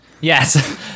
Yes